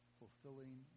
fulfilling